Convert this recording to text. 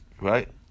Right